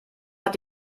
hat